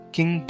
King